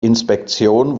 inspektion